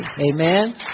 Amen